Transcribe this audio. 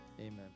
Amen